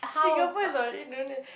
Singapore is already